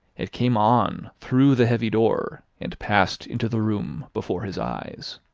it came on through the heavy door, and passed into the room before his eyes.